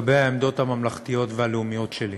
לגבי העמדות הממלכתיות והלאומיות שלי,